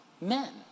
men